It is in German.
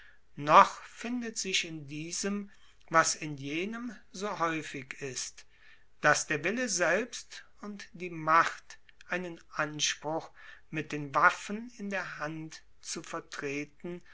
noch findet sich in diesem was in jenem so haeufig ist dass der wille selbst und die macht einen anspruch mit den waffen in der hand zu vertreten